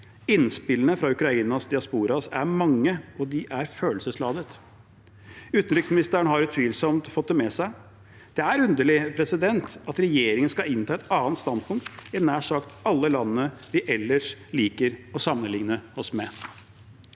Innspillene fra Ukrainas diasporaer er mange, og de er følelsesladete. Utenriksministeren har utvilsomt fått det med seg. Det er underlig at regjeringen skal innta et annet standpunkt enn nær sagt alle landene de ellers liker å sammenligne oss med.